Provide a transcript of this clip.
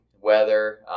weather